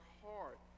heart